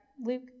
Luke